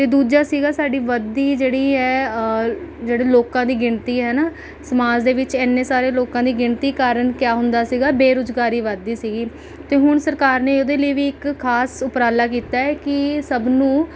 ਅਤੇ ਦੂਜਾ ਸੀਗਾ ਸਾਡੀ ਵਧਦੀ ਜਿਹੜੀ ਹੈ ਆ ਜਿਹੜੀ ਲੋਕਾਂ ਦੀ ਗਿਣਤੀ ਹੈ ਨਾ ਸਮਾਜ ਦੇ ਵਿੱਚ ਇੰਨੇ ਸਾਰੇ ਲੋਕਾਂ ਦੀ ਗਿਣਤੀ ਕਾਰਨ ਕਿਆ ਹੁੰਦਾ ਸੀਗਾ ਬੇਰੁਜ਼ਗਾਰੀ ਵਧਦੀ ਸੀਗੀ ਅਤੇ ਹੁਣ ਸਰਕਾਰ ਨੇ ਉਹਦੇ ਲਈ ਵੀ ਇੱਕ ਖਾਸ ਉਪਰਾਲਾ ਕੀਤਾ ਹੈ ਕਿ ਸਭ ਨੂੰ